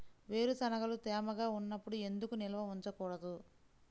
వేరుశనగలు తేమగా ఉన్నప్పుడు ఎందుకు నిల్వ ఉంచకూడదు?